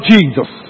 Jesus